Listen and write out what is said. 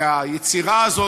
והיצירה הזאת,